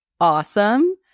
awesome